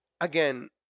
again